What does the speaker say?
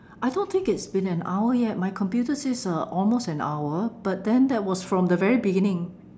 I don't think it's been an hour yet my computer says uh almost an hour but then that was from the very beginning